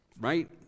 right